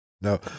No